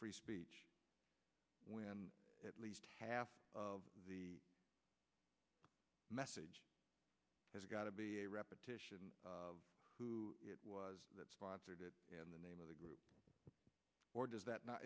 free speech when at least half of the message has got to be a repetition of who it was that sponsored it and the name of the group or does that no